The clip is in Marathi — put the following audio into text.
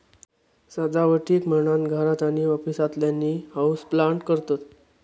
सजावटीक म्हणान घरात आणि ऑफिसातल्यानी हाऊसप्लांट करतत